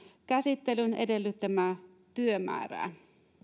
käsittelyn edellyttämää työmäärää